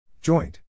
Joint